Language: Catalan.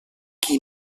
qui